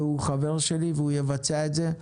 הוא חבר שלי והוא יבצע את זה.